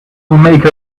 make